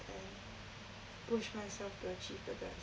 and push myself to achieve the best